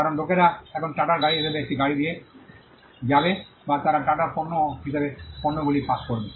কারণ লোকেরা এখন টাটার গাড়ি হিসাবে একটি গাড়ি দিয়ে যাবে বা তারা টাটার পণ্য হিসাবে পণ্যগুলি পাস করবে